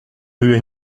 rues